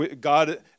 God